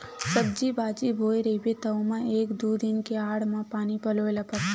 सब्जी बाजी बोए रहिबे त ओमा एक दू दिन के आड़ म पानी पलोए ल परथे